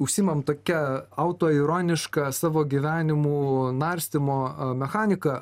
užsiimam tokia autoironiška savo gyvenimų narstymo mechanika